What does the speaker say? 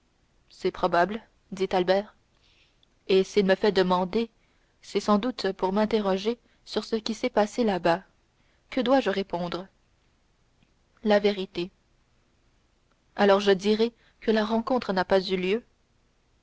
c'est probable dit albert et s'il me fait demander c'est sans doute pour m'interroger sur ce qui s'est passé là-bas que dois-je répondre la vérité alors je dirai que la rencontre n'a pas eu lieu